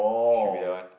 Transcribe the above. he should be that one